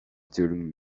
during